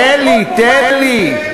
תאמין לי,